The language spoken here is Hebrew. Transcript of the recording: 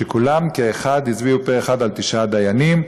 שכולם כאחד הצביעו פה-אחד על תשעה דיינים.